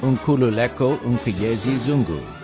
nkululeko and zungu.